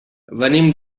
venim